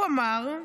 הוא אמר,